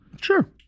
Sure